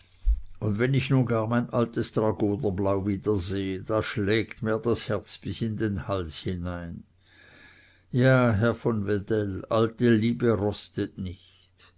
und wenn ich nun gar mein altes dragonerblau wiedersehe da schlägt mir das herz bis in den hals hinein ja herr von wedell alte liebe rostet nicht